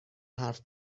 حرف